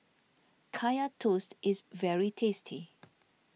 Kaya Toast is very tasty